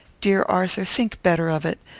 dear arthur, think better of it.